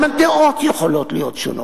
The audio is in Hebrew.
גם הדעות יכולות להיות שונות,